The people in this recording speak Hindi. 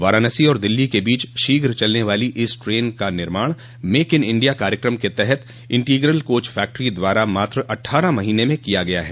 वाराणसी और दिल्ली के बीच शीघ्र चलने वाली इस ट्रेन का निर्माण मेक इन इण्डिया कार्यक्रम के तहत इन्ट्रीगल कोच फैक्टरी द्वारा मात्र अट्ठारह महीने में किया गया है